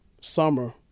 summer